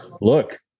look